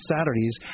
Saturdays